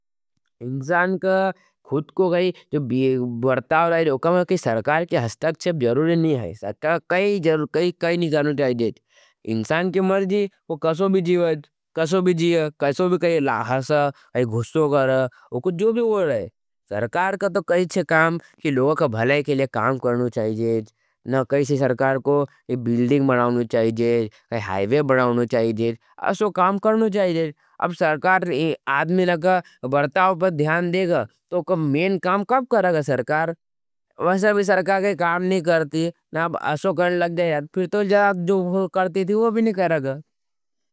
इन्सान का खुद को काई वर्ताव रहा हज। वो कहा हज कि सरकार के हस्तक चेब ज़रूर नहीं हज। सरकार का काई नहीं करना चाहिएज़ेथ। इन्सान की मरजी वो कसो भी जीवाज, कसो भी जीया, कसो भी काई लाहसा, काई घुशो करा, वो कुछ जो भी वो रहा हज। सरकार का तो काई चे काम कि लोगा का भलाय के लिए काम करना चाहिएज़े। सरकार को बिल्डिंग बनानी जायचे, हाईवे बननो जायचे। ऐसो काम करनी जायचे, अब सरकार ना आदमी के बर्ताव पर ध्यान देगो। तो वा का मेन काम कब करेगा सरकार। वैसे भी सरकार काम न्ही करती। फिर तो जो करती थी वो भी न्ही करेगा।